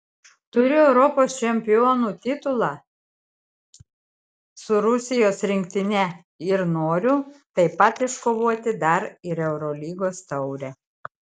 turiu europos čempionų titulą su rusijos rinktine ir noriu taip pat iškovoti dar ir eurolygos taurę